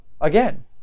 Again